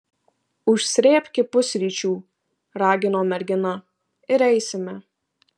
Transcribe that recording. užsrėbki pusryčių ragino mergina ir eisime